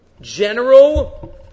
general